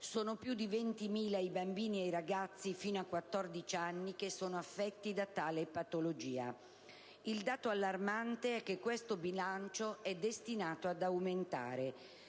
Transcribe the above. sono più di 20.000 i bambini e i ragazzi fino a 14 anni affetti da tale patologia. Il dato allarmante è che questo bilancio è destinato ad aumentare: